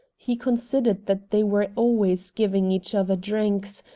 he considered that they were always giving each other drinks,